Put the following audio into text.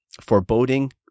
foreboding